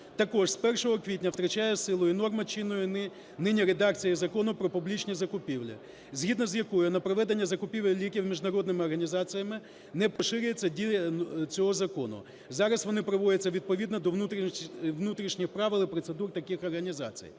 Так ось, з 1 квітня втрачає силу і норма чинної нині редакції Закону "Про публічні закупівлі", згідно з якою на проведення закупівель ліків міжнародними організаціями не поширюється дія цього закону, зараз вони проводяться відповідно до внутрішніх правил і процедур таких організацій.